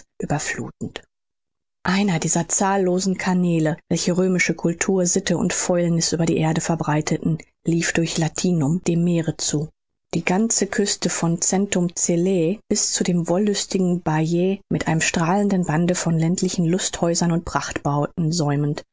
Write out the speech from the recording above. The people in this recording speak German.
verderbniß überfluthend einer dieser zahllosen kanäle welche römische kultur sitte und fäulniß über die erde verbreiteten lief durch latinum dem meere zu die ganze küste von centumcellae bis zu dem wollüstigen bajä mit einem strahlenden bande von ländlichen lusthäusern und